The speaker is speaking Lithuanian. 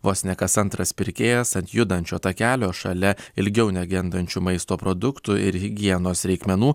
vos ne kas antras pirkėjas ant judančio takelio šalia ilgiau negendančių maisto produktų ir higienos reikmenų